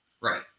Right